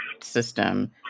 system